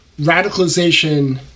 radicalization